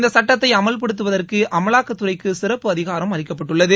இந்த சுட்டத்தை அமல்படுத்துவதற்கு அமலாக்கத்துறைக்கு சிறப்பு அதிகாரம் அளிக்கப்பட்டுள்ளது